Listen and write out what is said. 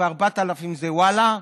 ב-4000 זה וואלה.